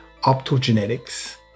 optogenetics